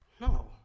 No